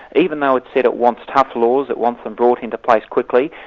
even though it's said it wants tough laws, it wants them brought into place quickly,